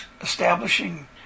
establishing